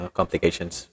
complications